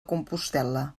compostel·la